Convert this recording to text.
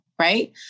right